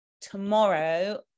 tomorrow